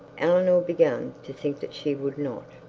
eleanor began to think that she would not.